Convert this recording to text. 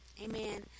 amen